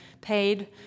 paid